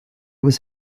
was